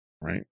Right